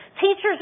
teachers